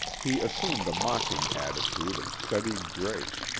he assumed a mocking attitude of studied grace,